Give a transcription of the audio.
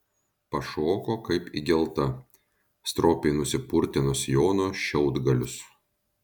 pašoko kaip įgelta stropiai nusipurtė nuo sijono šiaudgalius